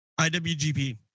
IWGP